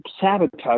sabotage